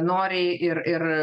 noriai ir ir